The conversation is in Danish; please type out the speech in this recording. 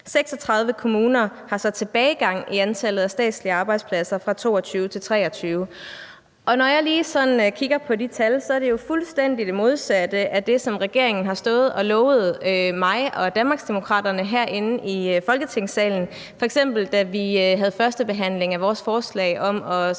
36 kommuner har så haft en tilbagegang i antallet af statslige arbejdspladser fra 2022 til 2023. Når jeg lige sådan kigger på de tal, er det jo fuldstændig det modsatte af det, som regeringen har stået og lovet mig og Danmarksdemokraterne herinde i Folketingssalen, f.eks. da vi havde første behandling af vores forslag om at